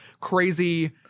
crazy